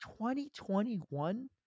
2021